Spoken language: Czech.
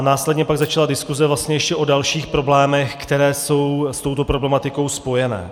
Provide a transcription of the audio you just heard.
Následně pak začala diskuze vlastně ještě o dalších problémech, které jsou s touto problematikou spojené.